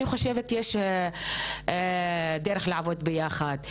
אני חושבת שיש דרך לעבוד ביחד.